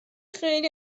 خیلی